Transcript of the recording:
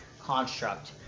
construct